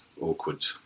awkward